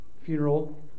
funeral